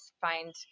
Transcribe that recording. find